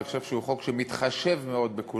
אני חושב שהוא חוק שמתחשב מאוד בכולם.